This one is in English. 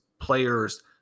players